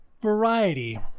variety